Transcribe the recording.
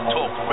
Talk